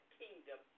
kingdom